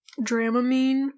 Dramamine